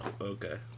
Okay